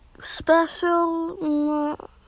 special